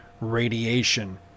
radiation